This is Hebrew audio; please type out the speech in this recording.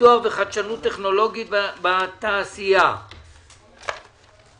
פיתוח וחדשנות טכנולוגית בתעשייה (כללים